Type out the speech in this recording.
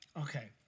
okay